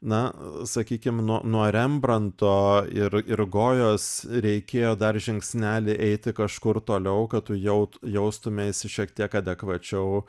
na sakykim nuo nuo rembranto ir ir gojos reikėjo dar žingsnelį eiti kažkur toliau kad tu jau jaustumeisi šiek tiek adekvačiau